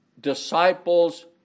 disciples